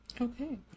okay